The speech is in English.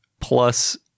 Plus